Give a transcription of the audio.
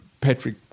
Patrick